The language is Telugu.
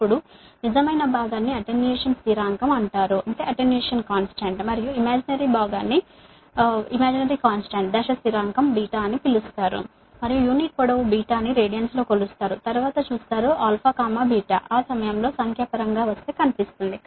ఇప్పుడు నిజమైన భాగాన్ని అటెన్యుయేషన్ కాంస్టాంట్ అని పిలుస్తారు మరియు ఇమాజినరీ కాంస్టాంట్ అని పిలుస్తారు మరియు యూనిట్ పొడవు ని రేడియన్లో కొలుస్తారు తరువాత చూస్తారు α ఆ సమయంలో సంఖ్యాపరంగా వస్తే కనిపిస్తుంది